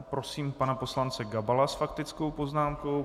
Prosím pana poslance Gabala s faktickou poznámkou.